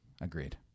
agreed